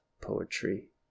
poetry